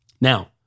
Now